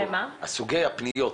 סוגי הפניות,